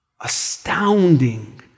astounding